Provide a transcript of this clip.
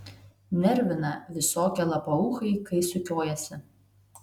nervina visokie lapauchai kai sukiojasi